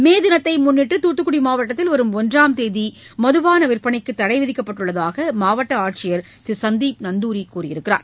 மே தினத்தை முன்னிட்டு தூத்துக்குடி மாவட்டத்தில் வரும் ஒன்றாம் தேதி மதுபான விற்பனைக்கு தடை விதிக்கப்பட்டுள்ளதாக மாவட்ட ஆட்சியர் திரு சந்தீப் நந்தூரி தெரிவித்துள்ளார்